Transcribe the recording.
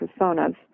personas